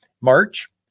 March